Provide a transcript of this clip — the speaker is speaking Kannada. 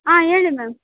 ಹಾಂ ಹೇಳಿ ಮ್ಯಾಮ್